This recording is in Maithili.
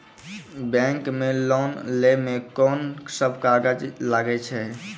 बैंक मे लोन लै मे कोन सब कागज लागै छै?